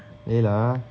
johnson layla